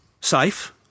safe